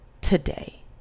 Today